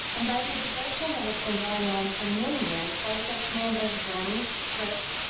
and by the desertion that has been going on for many years, by such men as gurney, crookes,